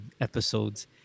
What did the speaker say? episodes